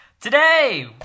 Today